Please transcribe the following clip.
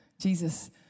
Jesus